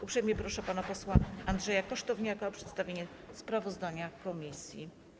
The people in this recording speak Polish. Uprzejmie proszę pana posła Andrzeja Kosztowniaka o przedstawienie sprawozdania komisji.